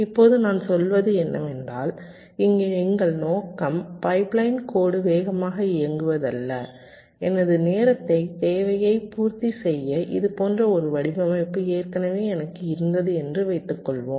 இப்போது நான் சொல்வது என்னவென்றால் இங்கே எங்கள் நோக்கம் பைப்லைன் கோடு வேகமாக இயங்குவதல்ல எனது நேரத் தேவையைப் பூர்த்தி செய்ய இது போன்ற ஒரு வடிவமைப்பு ஏற்கனவே எனக்கு இருந்தது என்று வைத்துக்கொள்வோம்